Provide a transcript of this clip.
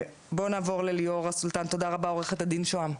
עו"ד שהם.